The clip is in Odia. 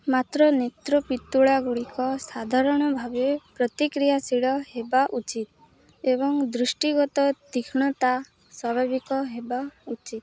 ମାତ୍ର ନେତ୍ର ପିତୁଳା ଗୁଡ଼ିକ ସାଧାରଣ ଭାବେ ପ୍ରତିକ୍ରିୟାଶୀଳ ହେବା ଉଚିତ ଏବଂ ଦୃଷ୍ଟିଗତ ତୀକ୍ଷ୍ଣତା ସ୍ୱାଭାବିକ ହେବା ଉଚିତ